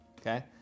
okay